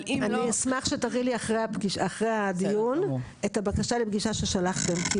אני אשמח שתראי לי אחרי הדיון את הבקשה לפגישה ששלחתם.